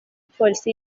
polisi